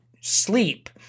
sleep